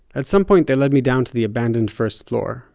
at some point, they led me down to the abandoned first floor,